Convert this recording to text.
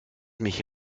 mich